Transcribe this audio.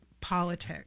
politics